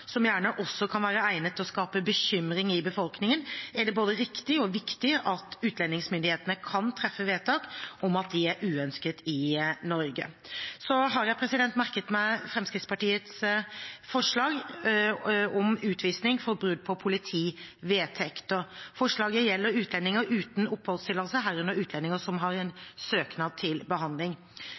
som gjerne også kan være egnet til å skape bekymring i befolkningen, er det både riktig og viktig at utlendingsmyndighetene kan treffe vedtak om at de er uønsket i Norge. Så har jeg merket meg Fremskrittspartiets forslag om utvisning for brudd på politivedtekter. Forslaget gjelder utlendinger uten oppholdstillatelse, herunder utlendinger som har en søknad til behandling.